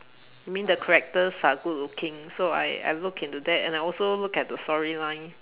mean the characters are good looking so I I look into that and I also look at the storyline